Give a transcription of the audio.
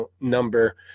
number